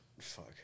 Fuck